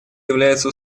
является